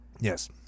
yes